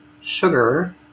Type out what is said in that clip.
sugar